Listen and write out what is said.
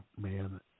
man